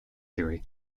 theory